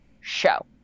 show